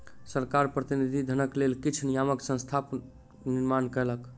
सरकार प्रतिनिधि धनक लेल किछ नियामक संस्थाक निर्माण कयलक